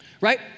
right